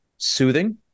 soothing